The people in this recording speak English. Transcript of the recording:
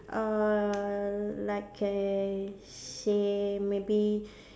uh like I say maybe